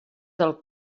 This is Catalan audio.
del